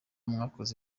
mwakoze